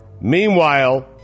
Meanwhile